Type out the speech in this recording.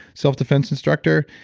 self-defense instructor,